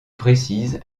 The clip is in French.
précise